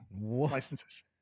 Licenses